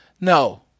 No